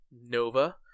nova